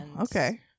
Okay